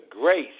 grace